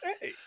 Hey